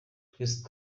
twese